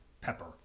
pepper